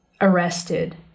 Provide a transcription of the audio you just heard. arrested